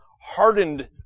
hardened